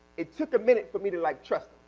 it took a minute for me to like trust